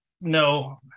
no